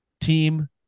team